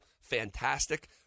Fantastic